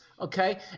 Okay